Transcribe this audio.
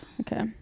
okay